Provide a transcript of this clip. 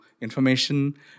information